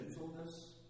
gentleness